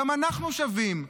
גם אנחנו שווים.